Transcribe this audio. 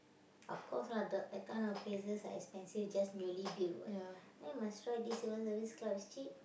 of course lah the that kind of places are extensive just newly built what then must try this Civil-Service-Club is cheap